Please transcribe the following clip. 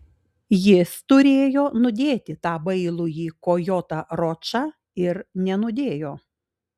jis turėjo nudėti tą bailųjį kojotą ročą ir nenudėjo